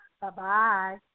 Bye-bye